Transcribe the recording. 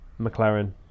McLaren